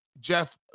Jeff